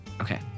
Okay